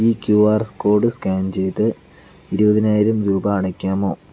ഈ Q R code scan ചെയ്ത് ഇരുപതിനായിരം രൂപ അടയ്ക്കാമോ